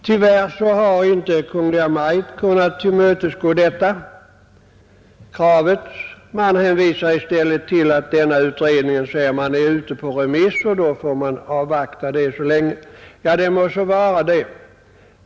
Tyvärr har Kungl. Maj:t emellertid inte kunnat tillmötesgå detta krav utan hänvisar till att utredningens betänkande är ute på remiss och att man bör avvakta resultatet härav. Det må så vara.